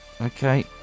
Okay